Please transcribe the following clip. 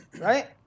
right